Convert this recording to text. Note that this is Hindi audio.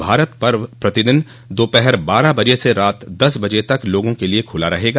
भारत पर्व प्रतिदिन दोपहर बारह बजे से रात दस बजे तक लोगों के लिए खुला रहेगा